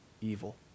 evil